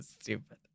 stupid